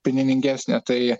pininingesnė tai